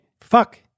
fuck